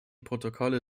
protokolle